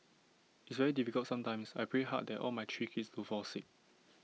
it's very difficult sometimes I pray hard that all my three kids don't fall sick